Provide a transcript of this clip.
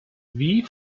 wie